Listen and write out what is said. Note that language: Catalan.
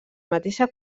mateixa